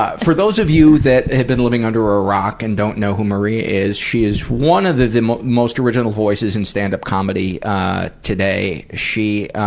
ah for those of you who have been living under a rock and don't know who maria is, she is one of the the most original voices in standup comedy today. she, ah,